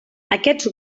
aquests